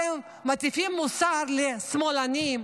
מטיפים מוסר לשמאלנים,